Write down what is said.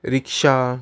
rickshaw